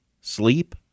sleep